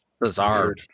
Bizarre